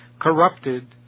corrupted